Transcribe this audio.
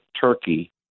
Turkey